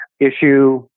issue